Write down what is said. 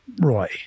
Roy